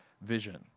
vision